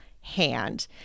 hand